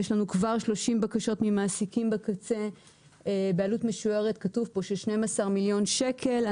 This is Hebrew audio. יש לנו כבר 30 בקשות ממעסיקים בקצה בעלות משוערת של 12 מיליון שקל.